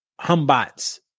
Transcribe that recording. humbots